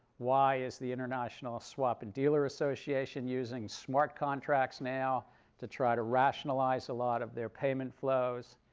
why is the international swap and dealer association using smart contracts now to try to rationalize a lot of their payment flows?